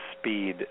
speed